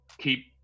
keep